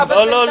טוב, די.